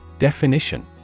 Definition